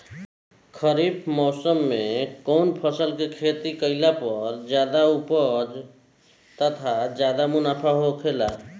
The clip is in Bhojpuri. खरीफ़ मौसम में कउन फसल के खेती कइला पर ज्यादा उपज तथा ज्यादा मुनाफा होखेला?